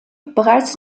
bereits